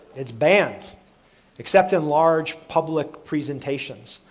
it's banned except in large public presentations,